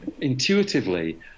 intuitively